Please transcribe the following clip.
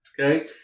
Okay